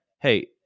Hey